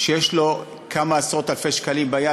יש לו כמה עשרות-אלפי שקלים ביד,